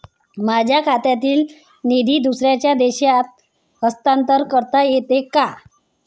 माझ्या खात्यातील निधी दुसऱ्या देशात हस्तांतर करता येते का?